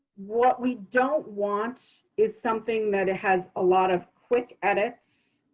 what we don't want is something that has a lot of quick edits,